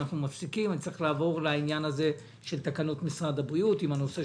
אני צריך לעבור לתקנות משרד הבריאות בעניין בדיקות